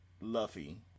Luffy